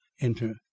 enter